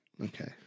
Okay